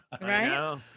Right